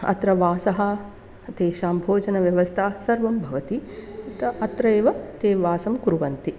अत्र वासः तेषां भोजनव्यवस्था सर्वं भवति त अत्र एव ते वासं कुर्वन्ति